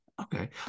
Okay